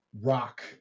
rock